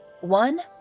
One